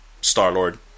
Star-Lord